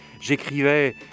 j'écrivais «